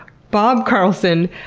bob carleton,